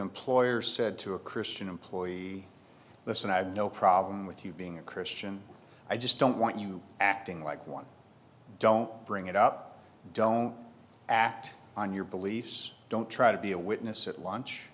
employer said to a christian employee listen i have no problem with you being a christian i just don't want you acting like one don't bring it up don't act on your beliefs don't try to be a witness at lunch